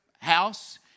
house